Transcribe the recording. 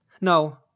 No